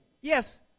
Yes